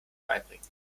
beibringen